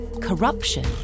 corruption